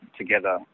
together